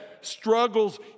struggles